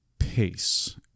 Pace